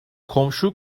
komşu